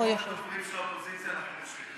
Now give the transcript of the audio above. הדוברים של האופוזיציה, אנחנו מושכים.